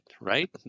right